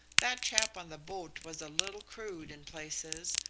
that chap on the boat was a little crude in places,